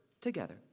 together